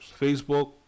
Facebook